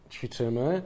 Ćwiczymy